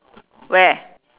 where